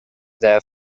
their